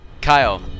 Kyle